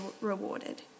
rewarded